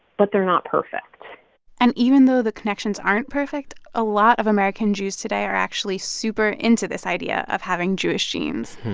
but they're not perfect and even though the connections aren't perfect, a lot of american jews today are actually super into this idea of having jewish genes.